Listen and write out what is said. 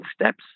steps